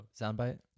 Soundbite